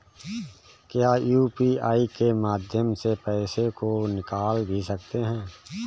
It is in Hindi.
क्या यू.पी.आई के माध्यम से पैसे को निकाल भी सकते हैं?